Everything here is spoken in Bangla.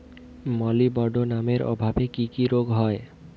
মলিবডোনামের অভাবে কি কি রোগ হয়?